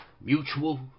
mutual